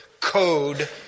code